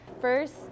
first